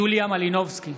מלינובסקי,